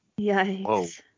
Yikes